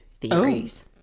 theories